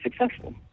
successful